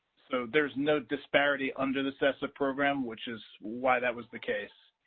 so there's no disparity under the cesf program, which is why that was the case.